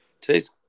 Today's